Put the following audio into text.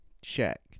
check